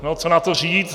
No co na to říct.